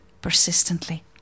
persistently